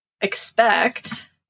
expect